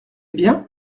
bien